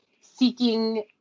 seeking